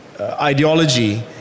ideology